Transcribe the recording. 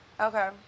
Okay